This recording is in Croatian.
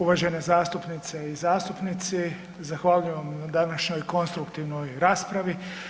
Uvažene zastupnice i zastupnici, zahvaljujem vam na današnjoj konstruktivnoj raspravi.